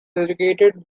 educated